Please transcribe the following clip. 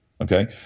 okay